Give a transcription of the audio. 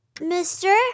mister